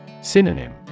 Synonym